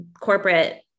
corporate